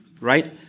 right